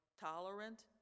tolerant